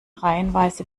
reihenweise